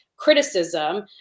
criticism